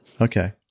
Okay